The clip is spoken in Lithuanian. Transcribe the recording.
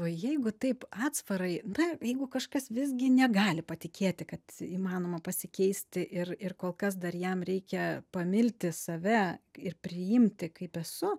o jeigu taip atsvarai na jeigu kažkas visgi negali patikėti kad įmanoma pasikeisti ir ir kol kas dar jam reikia pamilti save ir priimti kaip esu